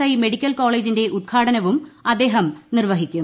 I medical കോളേജിന്റെ ഉദ്ഘാടനവും അദ്ദേഹം നിർവ്വഹിക്കും